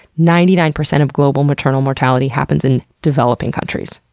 ninety nine percent of global maternal mortality happens in developing countries.